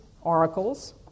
oracles